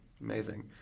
Amazing